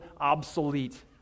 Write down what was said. obsolete